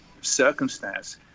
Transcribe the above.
circumstance